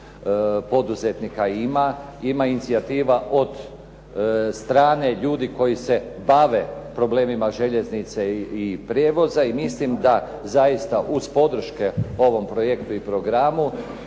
poduzetnika ima. Ima inicijativa od strane ljudi koji se bave problemima željeznice i prijevoza. I mislim da zaista uz podrške ovom projektu i programu